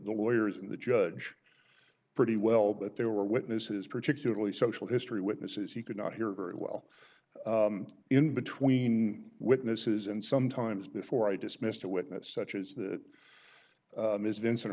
lawyers and the judge pretty well but there were witnesses particularly social history witnesses he could not hear very well in between witnesses and sometimes before i dismissed a witness such as ms vincent